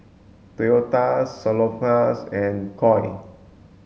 Toyota Salonpas and Koi